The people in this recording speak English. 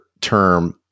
term